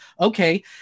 okay